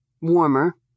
warmer